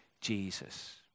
Jesus